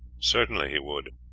certainly he would.